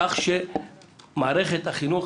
כך שמערכת החינוך